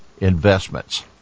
investments